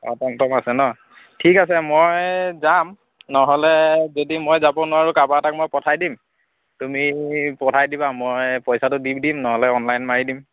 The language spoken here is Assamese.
অঁ টমটম আছে ন ঠিক আছে মই যাম নহ'লে যদি মই যাব নোৱাৰোঁ কাৰোবাৰ এটাক মই পঠাই দিম তুমি পঠাই দিবা মই পইচাটো দি দিম নহ'লে অনলাইন মাৰি দিম